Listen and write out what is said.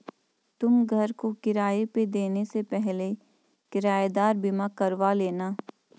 तुम घर को किराए पे देने से पहले किरायेदार बीमा करवा लेना